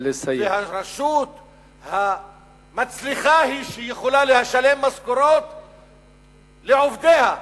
והרשות המצליחה היא זאת שיכולה לשלם משכורות לעובדיה.